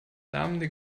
lärmende